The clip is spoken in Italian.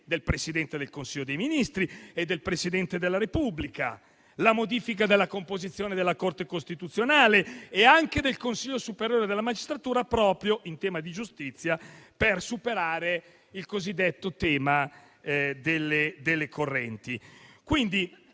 del Presidente del Consiglio dei ministri e del Presidente della Repubblica; la modifica della composizione della Corte costituzionale e anche del Consiglio superiore della magistratura, proprio per superare il cosiddetto tema delle correnti